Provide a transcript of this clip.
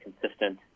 consistent